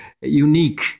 unique